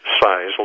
size